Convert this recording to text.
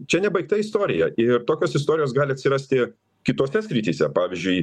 čia nebaigta istorija ir tokios istorijos gali atsirasti kitose srityse pavyzdžiui